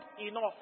enough